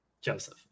Joseph